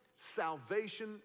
salvation